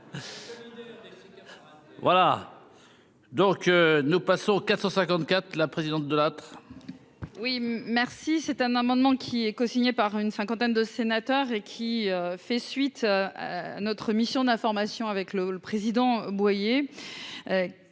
Voilà donc, nous passons 454 la présidente de. Oui, merci, c'est un amendement qui est co-signé par une cinquantaine de sénateurs et qui fait suite, notre mission d'information avec le le président Boyer,